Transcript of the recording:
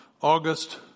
August